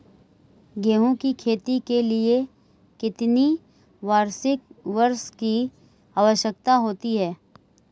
गेहूँ की खेती के लिए कितनी वार्षिक वर्षा की आवश्यकता होती है?